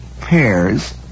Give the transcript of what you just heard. pairs